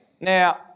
Now